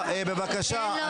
בבקשה,